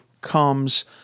comes